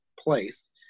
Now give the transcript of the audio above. place